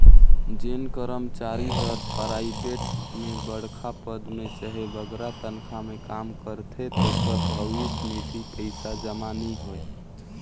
जेन करमचारी हर पराइबेट में बड़खा पद में चहे बगरा तनखा में काम करथे तेकर भविस निधि पइसा जमा नी होए